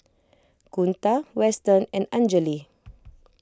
Kunta Weston and Anjali